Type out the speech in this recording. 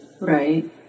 Right